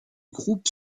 groupe